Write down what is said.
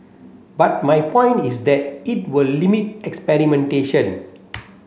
but my point is that it will limit experimentation